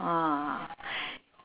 ah